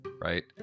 right